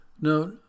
Now